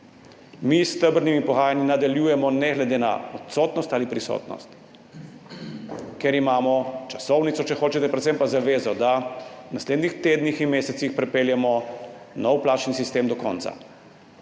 Mi s stebrnimi pogajanji nadaljujemo ne glede na odsotnost ali prisotnost, ker imamo časovnico, če hočete, predvsem pa zavezo, da v naslednjih tednih in mesecih pripeljemo nov plačni sistem do konca.